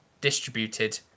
distributed